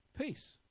Peace